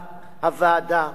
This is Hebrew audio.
שמעתי את הערותיה.